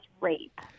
rape